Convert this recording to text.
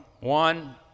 one